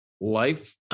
life